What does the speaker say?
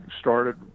started